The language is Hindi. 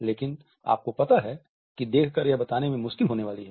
लेकिन आपको पता है कि देखकर यह बताने में मुश्किल होने वाली है